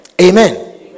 amen